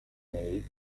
may